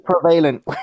prevalent